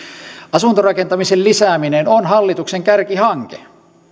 asuntorakentamisen lisääminen on hallituksen kärkihanke